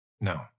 no